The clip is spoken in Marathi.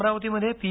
अमरावतीमध्ये पी